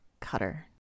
Cutter